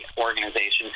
organizations